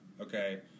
okay